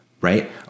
right